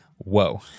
Whoa